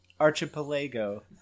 Archipelago